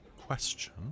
question